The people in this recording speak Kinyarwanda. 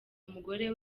umugore